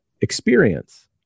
experience